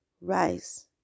rise